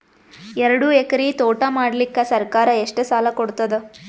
ಎರಡು ಎಕರಿ ತೋಟ ಮಾಡಲಿಕ್ಕ ಸರ್ಕಾರ ಎಷ್ಟ ಸಾಲ ಕೊಡತದ?